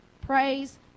praise